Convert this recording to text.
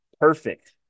perfect